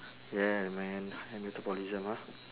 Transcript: yeah man high metabolism ah